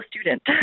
student